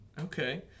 Okay